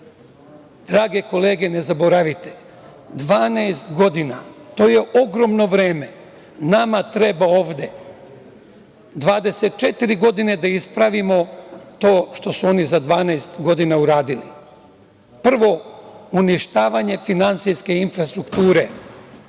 drage kolege ne zaboravite, 12 godina, to je ogromno vreme. Nama treba ovde 24 godine da ispravimo to što su oni za 12 godina uradili. Prvo, uništavanje finansijske infrastrukture,